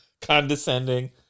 condescending